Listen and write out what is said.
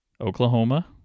Oklahoma